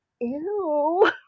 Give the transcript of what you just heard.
Ew